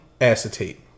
Acetate